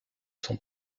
son